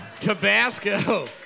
Tabasco